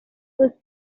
was